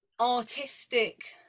artistic